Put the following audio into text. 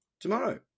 tomorrow